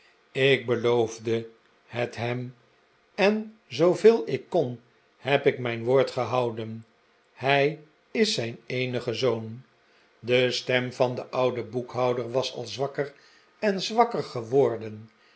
ik heloofde het hem en zooveel ik kon heb ik mijn woord gehouden hij is zijn eenige zoon de stem van den ouden boekhouder was al zwakker en zwakker geworden